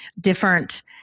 different